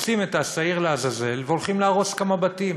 מוצאים את השעיר לעזאזל והולכים להרוס כמה בתים,